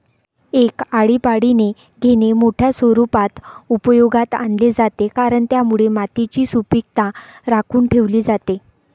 एक आळीपाळीने घेणे मोठ्या स्वरूपात उपयोगात आणले जाते, कारण त्यामुळे मातीची सुपीकता राखून ठेवली जाते